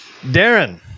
Darren